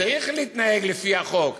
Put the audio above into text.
צריך להתנהג לפי החוק,